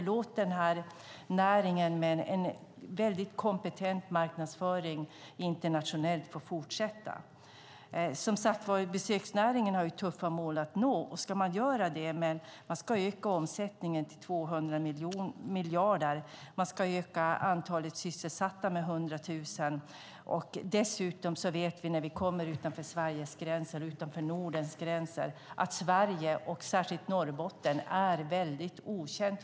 Låt den här näringen med en väldigt kompetent marknadsföring internationellt få fortsätta! Som sagt har besöksnäringen tuffa mål att nå. Man ska öka omsättningen till 200 miljarder och öka antalet sysselsatta med 100 000. Dessutom vet vi att utanför Sveriges och Nordens gränser är Sverige och särskilt Norrbotten fortfarande väldigt okänt.